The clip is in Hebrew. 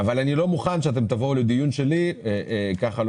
אני לא מוכן שתבואו לדיון שלי ככה לא